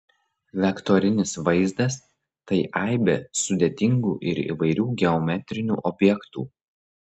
vektorinis vaizdas tai aibė sudėtingų ir įvairių geometrinių objektų